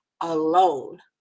alone